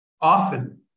often